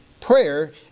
prayer